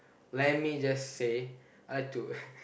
let me just say I to